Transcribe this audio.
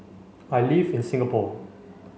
I live in Singapore